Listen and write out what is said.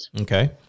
Okay